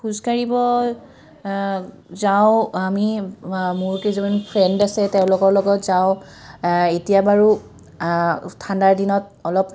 খোজাঢ়িব যাওঁ আমি মোৰ কেইজনমান ফ্ৰেণ্ড আছে তেওঁলোকৰ লগত যাওঁ এতিয়া বাৰু ঠাণ্ডাৰ দিনত অলপ